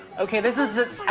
okay, this is this.